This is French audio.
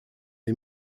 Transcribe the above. les